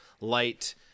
light